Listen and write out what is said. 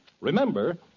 Remember